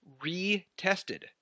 retested